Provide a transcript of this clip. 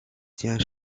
tient